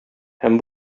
һәм